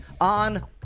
on